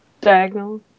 diagonal